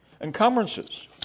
Encumbrances